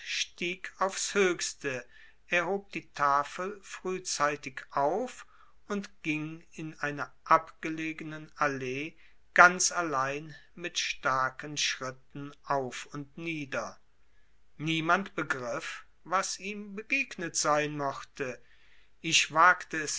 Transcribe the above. stieg aufs höchste er hob die tafel frühzeitig auf und ging in einer abgelegenen allee ganz allein mit starken schritten auf und nieder niemand begriff was ihm begegnet sein mochte ich wagte es